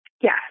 Yes